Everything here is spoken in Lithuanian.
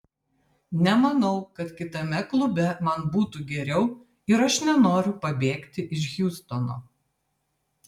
nemanau kad kitame klube man būtų geriau ir aš nenoriu pabėgti iš hjustono